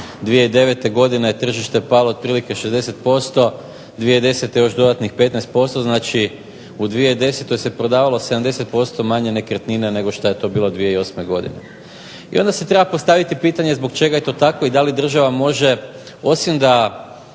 2009. godine je tržište palo otprilike 60%, 2010. još dodatnih 15% znači u 2010. se prodavalo 70% manje nekretnina nego što je to bilo 2008. godine. I onda se treba postaviti pitanje zbog čega je to tako i da li država može osim da